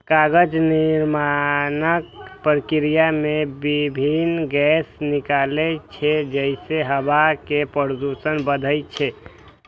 कागज निर्माणक प्रक्रिया मे विभिन्न गैस निकलै छै, जइसे हवा मे प्रदूषण बढ़ै छै